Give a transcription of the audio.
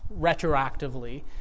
retroactively